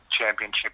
championship